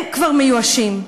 הם כבר מיואשים.